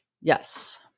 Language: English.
Yes